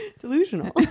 delusional